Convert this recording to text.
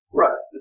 right